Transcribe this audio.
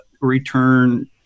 return